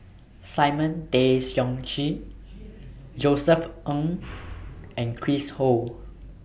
Simon Tay Seong Chee Josef Ng and Chris Ho